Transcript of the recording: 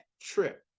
trip